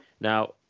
Now